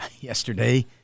yesterday